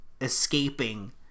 escaping